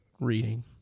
reading